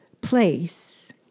place